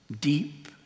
deep